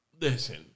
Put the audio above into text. Listen